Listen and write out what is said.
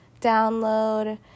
download